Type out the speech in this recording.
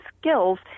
skills